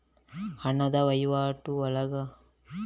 ಹಣದ ವಹಿವಾಟು ಒಳವಹಿವಾಟಿನಲ್ಲಿ ಮಾಡಿದ್ರೆ ಎಂತ ಲಾಭ ಉಂಟು?